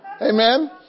Amen